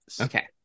Okay